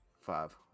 Five